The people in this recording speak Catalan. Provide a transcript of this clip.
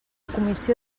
comissió